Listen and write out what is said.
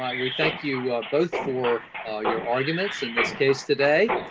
um we thank you both for ah your arguments in this case today.